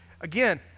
Again